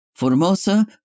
Formosa